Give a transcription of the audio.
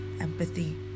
empathy